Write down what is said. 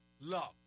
love